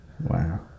wow